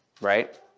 right